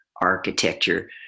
architecture